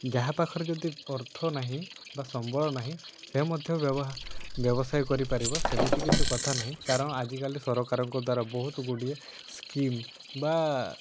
ଯାହା ପାଖରେ ଯଦି ଅର୍ଥ ନାହିଁ ବା ସମ୍ବଳ ନାହିଁ ସେ ମଧ୍ୟ ବ୍ୟବସାୟ କରିପାରିବ ସେମିତି କିଛି କଥା ନାହିଁ କାରଣ ଆଜିକାଲି ସରକାରଙ୍କ ଦ୍ୱାରା ବହୁତ ଗୁଡ଼ିଏ ସ୍କିମ୍ ବା